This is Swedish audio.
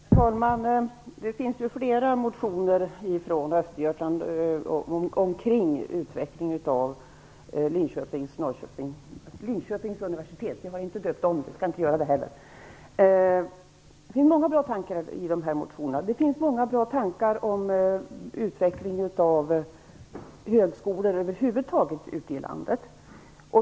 Herr talman! Det finns ju flera motioner om utvecklingen av Linköpings universitet. Det finns många bra tankar i motionerna om utveckling av högskolor över huvud taget ute i landet.